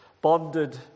bonded